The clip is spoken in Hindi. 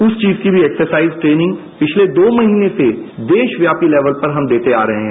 उस चीज की एक्सरसाइज ट्रेनिंग पिछले दो महीने से देशव्यापी लेवल पर हम देते आ रहे हैं